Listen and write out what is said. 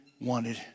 wanted